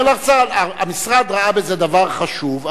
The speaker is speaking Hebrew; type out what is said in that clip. אומר לך השר: המשרד ראה בזה דבר חשוב,